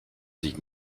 sich